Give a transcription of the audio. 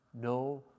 No